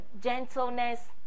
gentleness